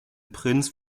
prinz